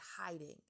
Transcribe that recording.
hiding